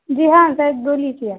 جی ہاں زید بولیے کیا